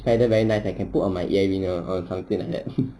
feather very nice eh can I put on my earring or or something like that